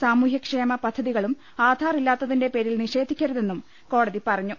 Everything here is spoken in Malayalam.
സാമൂഹ്യ ക്ഷേമ പദ്ധതികളും ആധാറില്ലാത്തിന്റെ പേരിൽ നിഷേധിക്കരുതെന്നും കോടതി പറഞ്ഞു